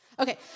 Okay